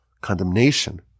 condemnation